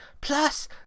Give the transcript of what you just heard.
Plus